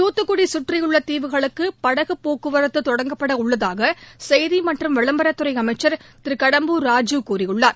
தூத்துக்குடியிலிருந்து சுற்றியுள்ள தீவுகளுக்கு படகுப் போக்குவரத்து தொடங்கப்பட உள்ளதாக செய்தி மற்றும் விளம்பரத்துறை அமைச்சர் திரு கடம்பூர் ராஜூ கூறியுள்ளார்